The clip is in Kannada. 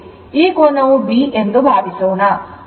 ಈ ಕೋನವು B ಎಂದು ಭಾವಿಸೋಣ